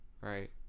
right